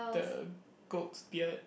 the goat's beard